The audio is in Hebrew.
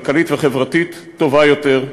כלכלית וחברתית טובה יותר.